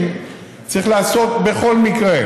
כנסת נכבדה,